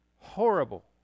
horrible